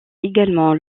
également